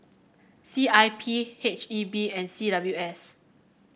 C I P H E B and C W S